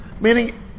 Meaning